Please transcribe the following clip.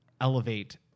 elevate